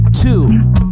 two